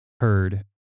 heard